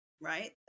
right